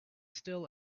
still